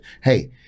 Hey